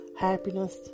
happiness